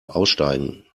aussteigen